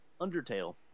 Undertale